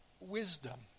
Wisdom